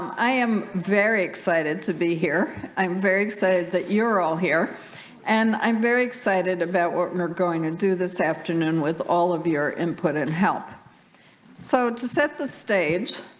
i am very excited to be here i'm very excited that you're all here and i'm very excited about what we're going to do this afternoon with all of your input and help so to set the stage